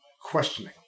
questioning